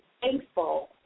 thankful